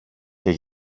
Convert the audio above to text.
και